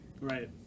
right